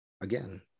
again